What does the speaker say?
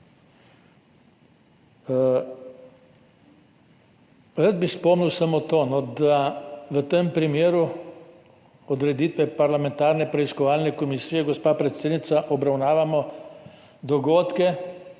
Rad bi spomnil samo na to, da v tem primeru odreditve parlamentarne preiskovalne komisije, gospa predsednica, obravnavamo dogodke